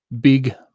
Big